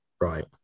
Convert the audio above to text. Right